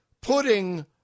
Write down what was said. putting